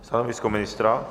Stanovisko ministra?